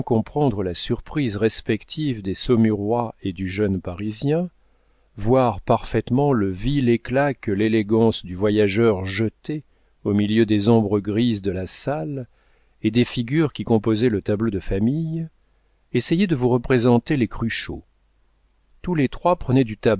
la surprise respective des saumurois et du jeune parisien voir parfaitement le vif éclat que l'élégance du voyageur jetait au milieu des ombres grises de la salle et des figures qui composaient le tableau de famille essayez de vous représenter les cruchot tous les trois prenaient du